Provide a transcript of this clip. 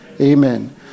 Amen